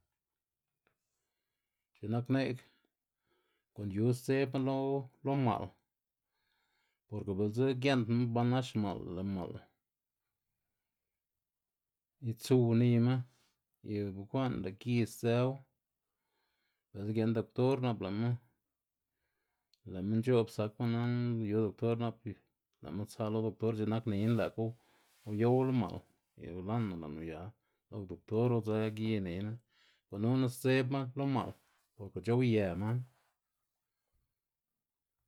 X̱i'k nak ne'g gu'n yu sdzebma lo lo ma'l, porke bi'ldsa gie'ndnama ba nax ma'l, lë' ma'l itsuw niyma y bekwa'n lë' gi sdzëwu bë'lë giend doktor na'p lë'ma lë'ma nc̲h̲o'b zakma nana yu doktor na'p lë'ma tsa lo doctor, x̱i'k nak niyna lë'kga uyowla ma'l y ula'ná lë'ná uya lo doctor udze gi niyná gununa sdzëbma lo ma'l porke c̲h̲owyë man.